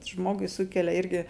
žmogui sukelia irgi